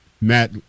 Matt